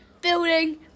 building